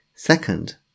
Second